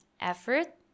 effort